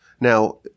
Now